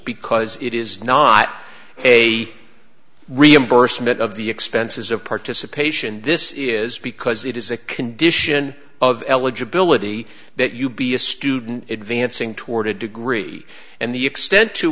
because it is not a reimbursement of the expenses of participation this is because it is a condition of eligibility that you be a student advancing toward a degree and the extent to